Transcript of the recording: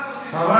מה רוצים,